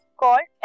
called